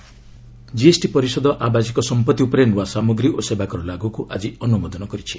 GST properties GST ପରିଷଦ ଆବାସିକ ସମ୍ପତ୍ତି ଉପରେ ନୂଆ ସାମଗ୍ରୀ ଓ ସେବାକର ଲାଗୁକୁ ଆଜି ଅନୁମୋଦନ କରିଛି